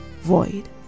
void